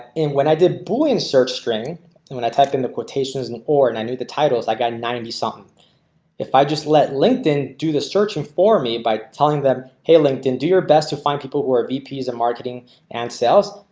when i did boolean search string and when i type in the quotations and or and i knew the titles i got ninety something if i just let linkedin do the searching for me by telling them. hey linkedin do your best to find people who are vps and marketing and sales.